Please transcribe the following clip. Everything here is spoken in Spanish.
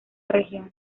región